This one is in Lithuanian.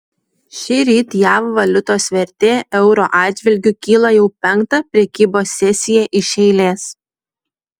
šįryt jav valiutos vertė euro atžvilgiu kyla jau penktą prekybos sesiją iš eilės